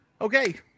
okay